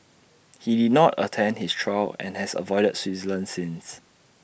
he did not attend his trial and has avoided Switzerland since